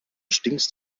stinkst